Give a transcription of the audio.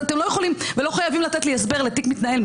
אתם לא יכולים ולא חייבים לתת לי הסבר לתיק מתנהל,